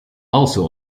also